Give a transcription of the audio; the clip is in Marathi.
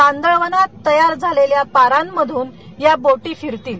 कांदळवनात तयार झालेल्या पारा मधून या बोटी फिरतील